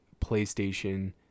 PlayStation